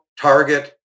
Target